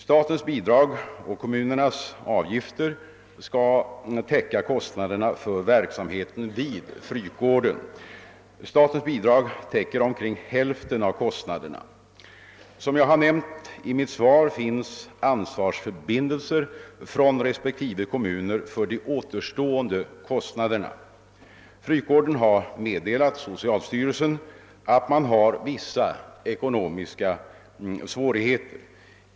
Statens bidrag och kommunernas avgifter skall täcka kostnaderna för verksamheten vid Frykgården. Statens bidrag täcker omkring hälften av kostnaderna. Som jag har nämnt i mitt svar finns ansvarsförbindelser från respektive kommuner för de återstående kostnaderna. Frykgården har meddelat socialstyrelsen att man hår vissa ekonomiska svårigheter.